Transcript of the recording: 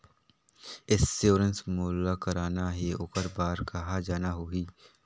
Insurance मोला कराना हे ओकर बार कहा जाना होही?